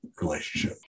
relationship